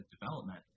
development